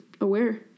aware